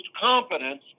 competence